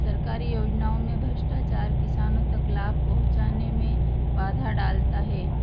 सरकारी योजनाओं में भ्रष्टाचार किसानों तक लाभ पहुँचाने में बाधा डालता है